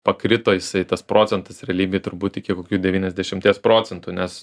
pakrito jisai tas procentas realybėj turbūt iki kokių devyniasdešimties procentų nes